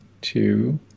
two